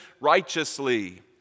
righteously